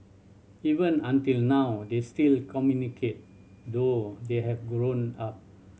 even until now they still communicate though they have grown up